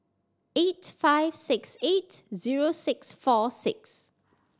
eight five six eight zero six four six